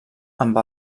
amb